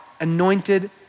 anointed